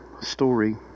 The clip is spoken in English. story